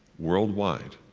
worldwide,